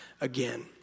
again